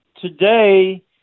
today